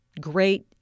great